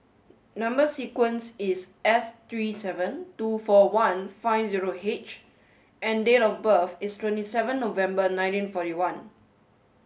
number sequence is S three seven two four one five zero H and date of birth is twenty seven November nineteen forty one